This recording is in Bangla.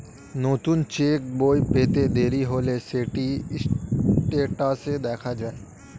নতুন চেক্ বই পেতে দেরি হলে সেটি স্টেটাসে দেখা যায়